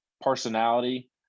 personality